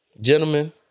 Gentlemen